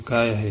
हे काय आहे